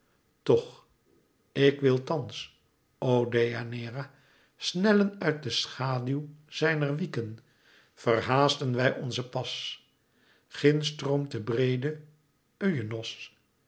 toch ik wil thans o deianeira snellen uit de schaûw zijner wieken verhaasten wij onze pas gnds stroomt de breede euenos